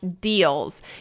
deals